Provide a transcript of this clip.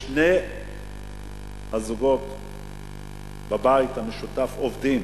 שני בני-הזוג בבית המשותף עובדים,